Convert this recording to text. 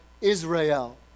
Israel